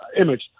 image